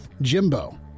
Jimbo